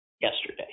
yesterday